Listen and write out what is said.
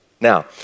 Now